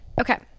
Okay